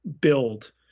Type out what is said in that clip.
build